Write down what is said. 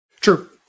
true